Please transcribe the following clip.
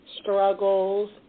struggles